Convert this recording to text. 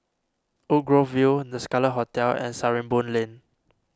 Woodgrove View the Scarlet Hotel and Sarimbun Lane